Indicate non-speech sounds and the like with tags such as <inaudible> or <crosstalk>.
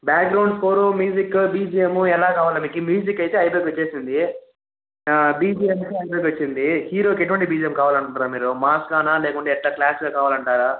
background score music BGM ఎలా కావాలి మీకి మ్యూజిక్ అయితే అయిపోయేకి వచ్చేసింది బిజిఎమ్స్ <unintelligible> వచ్చింది హీరోకి ఎటువంటి బిజిఏం కావాలనుకుంటున్నారు మీరు మాస్ గానా లేకుంటే ఎట్ల క్లాస్గా కావాలంటారా